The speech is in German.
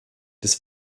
des